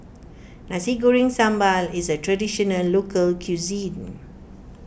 Nasi Goreng Sambal is a Traditional Local Cuisine